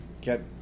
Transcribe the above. Get